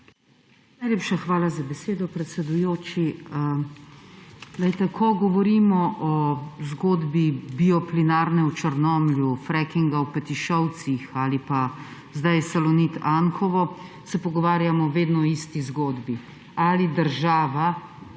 Najlepša hvala za besedo, predsedujoči. Ko govorimo o zgodbi bioplinarne v Črnomlju, frackinga v Petišovcih ali pa zdaj o Salonitu Anhovo, se pogovarjamo vedno o isti zgodbi: ali država